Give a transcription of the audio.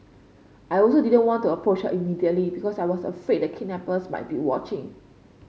I also didn't want to approach her immediately because I was afraid the kidnappers might be watching